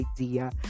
idea